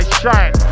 shine